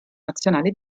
nazionale